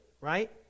right